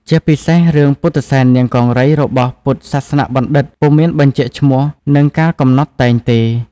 ជាពិសេសរឿងពុទ្ធិសែននាងកង្រីរបស់ពុទ្ធសាសនបណ្ឌិតពុំមានបញ្ជាក់ឈ្មោះ និងកាលកំណត់តែងទេ។